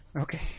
Okay